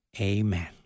Amen